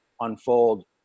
unfold